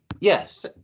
yes